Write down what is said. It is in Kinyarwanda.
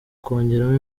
kongeramo